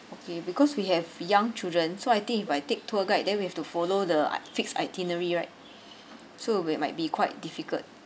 okay because we have young children so I think if I take tour guide then we have to follow the i~ fixed itinerary right so we might be quite difficult